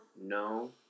no